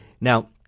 Now